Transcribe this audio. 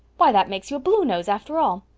why, that makes you a bluenose after all.